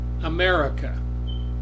America